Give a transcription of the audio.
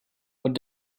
what